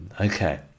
okay